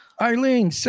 Eileen